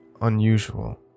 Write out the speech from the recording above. unusual